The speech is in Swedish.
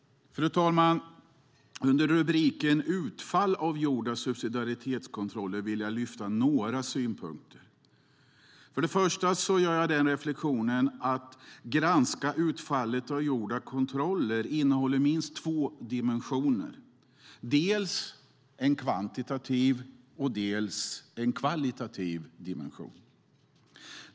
Fru talman! Under rubriken Utfallet av genomförda subsidiaritetskontroller vill jag lyfta fram några synpunkter. Först och främst gör jag den reflexionen att granskningen av utfallet av gjorda kontroller innehåller minst två dimensioner, dels en kvantitativ dimension, dels en kvalitativ dimension.